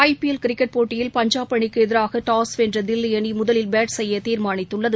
ஐ PL cricket போட்டியில் பஞ்சாப் அணிக்குஎதிராகடாஸ் வென்றதில்லிஅணிமுதலில் பேட் செய்யதீர்மானித்துள்ளது